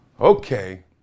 Okay